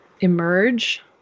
emerge